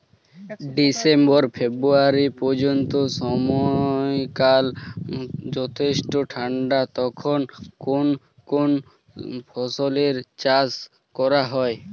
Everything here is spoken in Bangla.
ডিসেম্বর ফেব্রুয়ারি পর্যন্ত সময়কাল যথেষ্ট ঠান্ডা তখন কোন কোন ফসলের চাষ করা হয়?